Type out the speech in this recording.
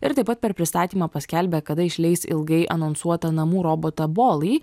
ir taip pat per pristatymą paskelbė kada išleis ilgai anonsuotą namų robotą bolį